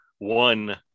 one